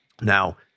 Now